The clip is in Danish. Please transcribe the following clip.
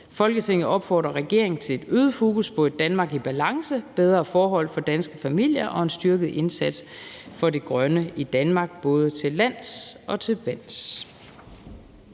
Folketinget opfordrer regeringen til et øget fokus på et Danmark i balance, bedre forhold for danske familier og en styrket indsats for et grønnere Danmark, både til lands og til vands.«